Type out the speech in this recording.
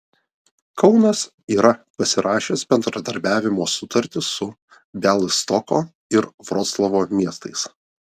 kaunas yra pasirašęs bendradarbiavimo sutartis su bialystoko ir vroclavo miestais